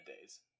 days